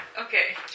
Okay